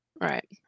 Right